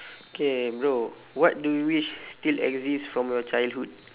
K bro what do you wish still exist from your childhood